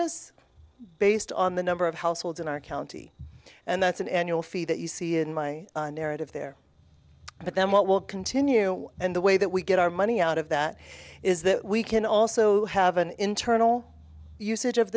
s based on the number of households in our county and that's an annual fee that you see in my narrative there but then what will continue and the way that we get our money out of that is that we can also have an internal usage of